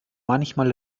manchmal